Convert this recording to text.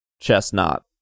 Chestnut